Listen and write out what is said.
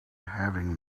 having